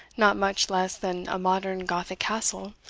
not much less than a modern gothic castle,